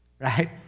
right